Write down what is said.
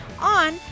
on